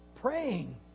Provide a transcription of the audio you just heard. praying